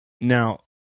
now